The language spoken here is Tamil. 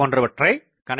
போன்றவற்றை கணக்கிடலாம்